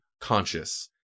conscious